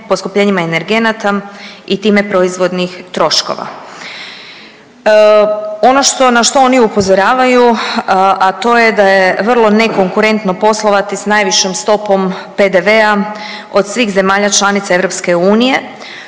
poskupljenima energenata i time proizvodnih troškova. Ono što, na što oni upozoravaju, a to je da je vrlo nekonkurentno poslovati s najvišom stopom PDV-a od svih zemalja članica EU,